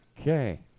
Okay